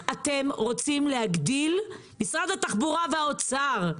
משרד התחבורה והאוצר,